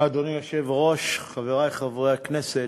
אדוני היושב-ראש, תודה, חברי חברי הכנסת,